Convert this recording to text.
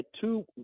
two